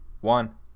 one